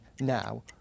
now